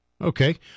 Okay